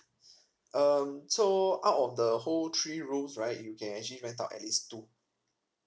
um so out of the whole three rooms right you can actually rent out at least two